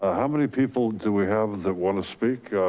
ah how many people do we have that want to speak?